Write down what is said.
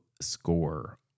score